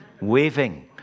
waving